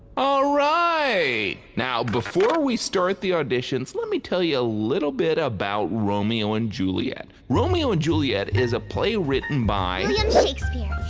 all right! now before we start the auditions, let me tell you a little bit about romeo and juliet. romeo and juliet is play written by william and shakespeare.